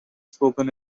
spoken